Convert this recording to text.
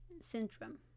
syndrome